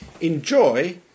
enjoy